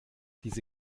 diese